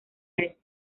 resto